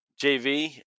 JV